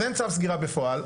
אז אין צוו סגירה בפועל,